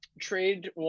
trade